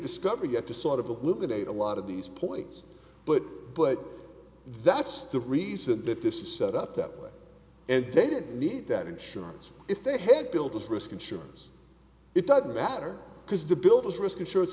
discovery get to sort of a live update a lot of these points but but that's the reason that this is set up that way and they didn't need that insurance if they had built this risk insurance it doesn't matter because the bill does risk insurance